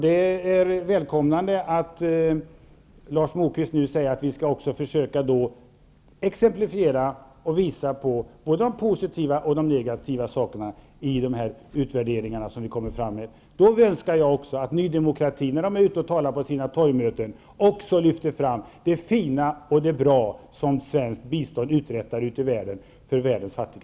Det är välkomnande att Lars Moquist säger att vi skall försöka exemplifiera och visa på både det som är positivt och det som är negativt i de utvärderingar som man skall göra. Då önskar jag att också Ny demokrati på sina torgmöten lyfter fram det fina och det goda som svenskt bistånd uträttar ute i världen för världens fattiga.